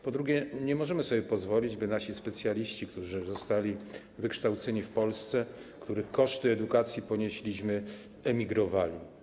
Po drugie, nie możemy sobie pozwolić, by nasi specjaliści, którzy zostali wykształceni w Polsce, których koszty edukacji ponieśliśmy, emigrowali.